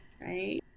Right